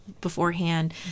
beforehand